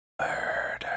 Murder